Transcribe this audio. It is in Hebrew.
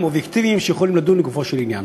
גורמים אובייקטיביים שיכולים לדון לגופו של עניין.